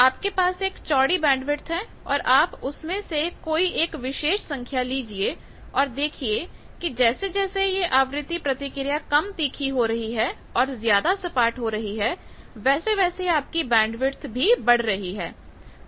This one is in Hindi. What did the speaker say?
आपके पास एक चौड़ी बैंडविथ है और आप उस में से कोई एक विशेष संख्या लीजिए और देखिए कि जैसे जैसे यह आवृत्ति प्रतिक्रिया प्रतिक्रिया कम तीखी हो रही है और ज्यादा सपाट हो रही है वैसे वैसे आपकी बैंडविथ भी बढ़ रही है